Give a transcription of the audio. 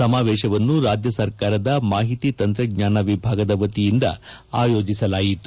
ಸಮಾವೇಶವನ್ನು ರಾಜ್ಯ ಸರ್ಕಾರದ ಮಾಹಿತಿ ತಂತ್ರಜ್ಞಾನ ವಿಭಾಗದ ವತಿಯಿಂದ ಆಯೋಜಿಸಲಾಯಿತು